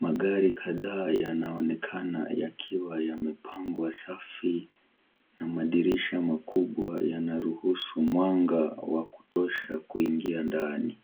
Magari kadhaa yanaonekana yakiwa yamepangwa safi na madirisha makubwa yana ruhusu mwanga wa kutosha kuingia ndani.